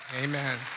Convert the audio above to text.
Amen